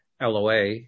LOA